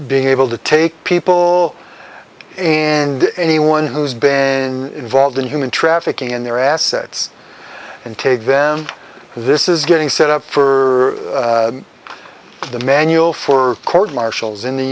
being able to take people and anyone who's been involved in human trafficking in their assets and take them this is getting set up for the manual for court martials in the